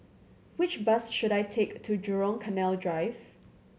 which bus should I take to Jurong Canal Drive